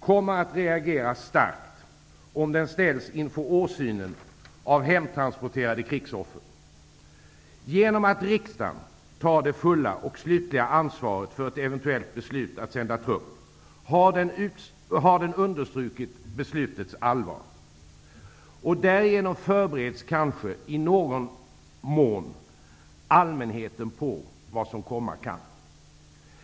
kommer att reagera starkt om den ställs inför åsynen av hemtransporterade krigsoffer. Genom att riksdagen tar det fulla och slutliga ansvaret för ett eventuellt beslut att sända trupp, har den understrukit beslutets allvar. Därigenom förbereds kanske i någon mån allmänheten på vad som komma kan.